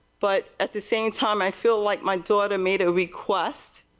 but at the same time i feel like my daughter made request,